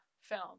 film